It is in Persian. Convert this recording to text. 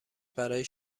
برای